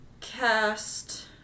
cast